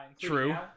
True